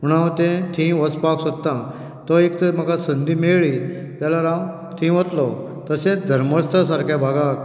म्हणून हांव थंय वचपाक सोदतां जर म्हाका संदी मेळ्ळी जाल्यार हांव थंय वतलों तशेंच धर्मस्थळ सारक्या भागाक